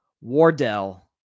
Wardell